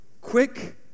quick